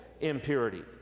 impurity